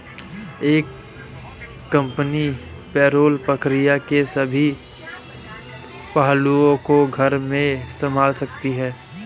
एक company payroll प्रक्रिया के सभी पहलुओं को घर में संभाल सकती है